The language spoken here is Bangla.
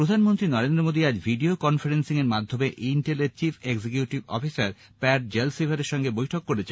প্রধানমন্ত্রী নরেন্দ্র মোদী আজ ভিডিও কনফরেন্সিংয়ের মাধ্যমে ইন্টেলের chief executive officer Pat Gelsinger সঙ্গে বৈঠক করেছেন